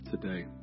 today